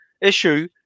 issue